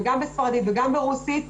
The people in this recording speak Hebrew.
גם בספרדית וגם ברוסית.